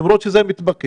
למרות שזה מתבקש.